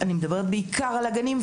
אני מדברת בעיקר על הגנים,